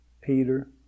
Peter